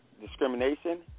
discrimination